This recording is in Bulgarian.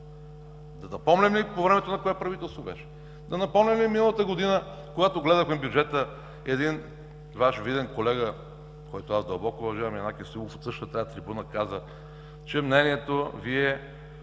Да припомням ли по времето на кое правителство беше? Да припомням ли миналата година, когато гледахме бюджета, един Ваш виден колега, когато аз дълбоко уважавам – Янаки Стоилов, от същата тази трибуна каза мнението Ви